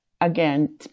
again